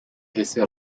hesse